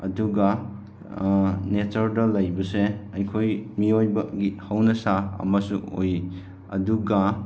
ꯑꯗꯨꯒ ꯅꯦꯆꯔꯗ ꯂꯩꯕꯁꯦ ꯑꯩꯈꯣꯏ ꯃꯤꯑꯣꯏꯕꯒꯤ ꯍꯧꯅꯁꯥ ꯑꯃꯁꯨ ꯑꯣꯏ ꯑꯗꯨꯒ